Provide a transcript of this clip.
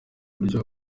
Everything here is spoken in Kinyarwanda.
buryo